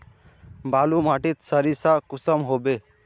बालू माटित सारीसा कुंसम होबे?